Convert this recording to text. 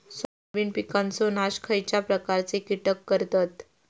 Soybean पिकांचो नाश खयच्या प्रकारचे कीटक करतत?